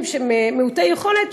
לסטודנטים מעוטי יכולת,